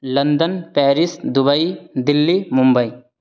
London Paris Dubai Delhi Mumbai